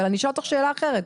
אבל אני אשאל אותך שאלה אחרת,